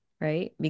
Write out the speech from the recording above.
right